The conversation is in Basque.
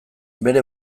bere